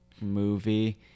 movie